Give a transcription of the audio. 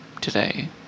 today